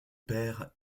père